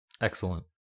Excellent